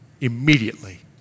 immediately